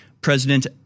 president